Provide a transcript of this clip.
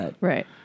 Right